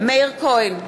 מאיר כהן,